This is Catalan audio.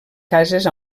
cases